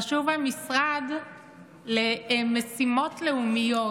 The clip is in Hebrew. חשוב המשרד למשימות לאומיות.